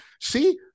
See